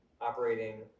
operating